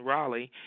Raleigh